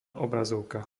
obrazovka